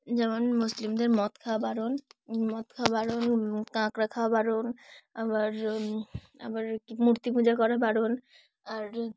যেমন মুসলিমদের মদ খাওয়া বারণ মদ খাওয়া বারণ কাঁকড়া খাওয়া বারণ আবার আবার কি মূর্তি পূজা করা বারণ আর